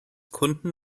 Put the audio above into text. kunden